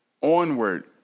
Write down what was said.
onward